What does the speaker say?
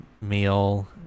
meal